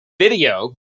video